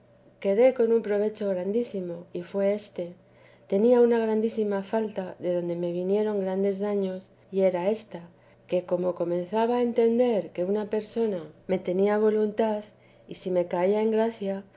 quedé con un provecho grandísimo y fué éste tenía una grandísima falta de donde me vinieron grandes daños y era ésta que como comenzaba a entender que una persona me tenía voluntad y si me caía en gracia